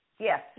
Yes